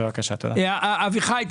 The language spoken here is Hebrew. אביחי,